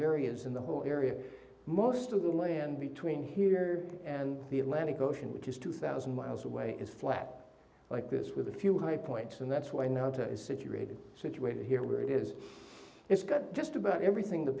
areas in the whole area most of the land between here and the atlantic ocean which is two thousand miles away is flat like this with a few high points and that's why now that is situated situated here where it is it's got just about everything th